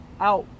out